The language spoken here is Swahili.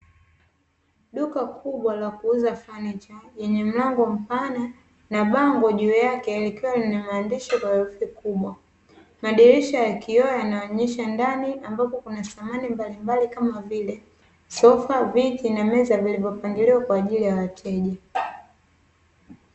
Duka kubwa la kuuza fanicha lenye mlango mpana na bango juu yake lilkiwa lina maandishi kwa herufi kubwa. Madirisha ya kioo yanaonyesha ndani ambapo kuna samani mbalimbali kama vile sofa, viti na meza vilivyopangiliwa kwa ajili ya wateja.